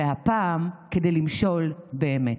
והפעם כדי למשול באמת.